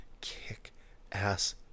kick-ass